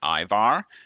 Ivar